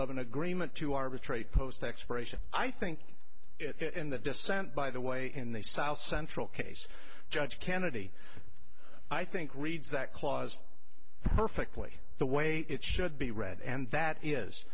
of an agreement to arbitrate post expiration i think it in the dissent by the way in the south central case judge kennedy i think reads that clause perfectly the way it should be read and that is